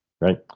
Right